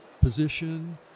position